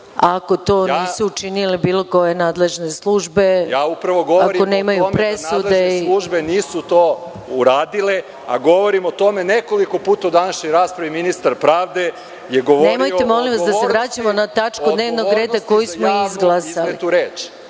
ako to nisu učinile bilo koje nadležne službe, ako nemaju presudu. **Marko Đurišić** Govorim o tome da nadležne službe nisu to uradile, a govorim o tome nekoliko puta u današnjoj raspravi ministar pravde je govorio o odgovornosti… **Maja Gojković**